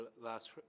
last